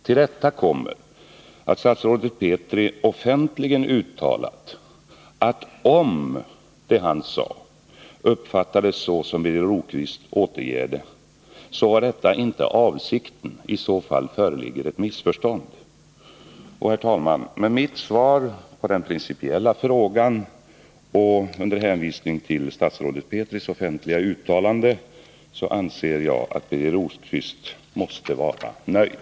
Till detta kommer att statsrådet Petri offentligen har uttalat, att om det han sade uppfattades så som Birger Rosqvist återger det, så var detta inte avsikten. I så fall föreligger det ett missförstånd. Herr talman! Med mitt svar på den principiella frågan och under hänvisning till statsrådet Petris offentliga uttalande anser jag att Birger Rosqvist måste vara nöjd.